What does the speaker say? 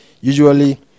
usually